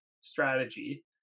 strategy